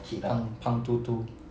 胖胖嘟嘟